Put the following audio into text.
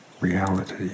reality